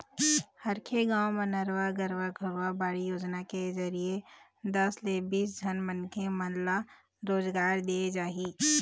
हरेक गाँव म नरूवा, गरूवा, घुरूवा, बाड़ी योजना के जरिए दस ले बीस झन मनखे मन ल रोजगार देय जाही